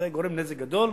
זה גורם נזק גדול,